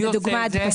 מי עושה את זה?